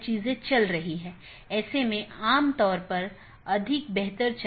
यदि तय अवधी के पूरे समय में सहकर्मी से कोई संदेश प्राप्त नहीं होता है तो मूल राउटर इसे त्रुटि मान लेता है